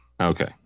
okay